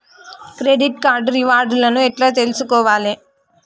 Credit card reward లను ఎట్ల తెలుసుకోవాలే?